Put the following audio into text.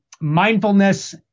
mindfulness